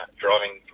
driving